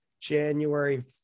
January